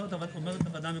אומרת הוועדה המקומית,